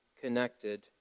connected